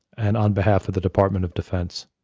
and on behalf of the department of defense?